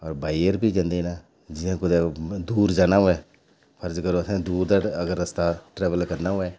होर वाई एयर बी जंदे न जियां कुतै दूर जाना होवै फर्ज करो तुसें दूर दा अगर रस्ता ट्रैवल करना होवै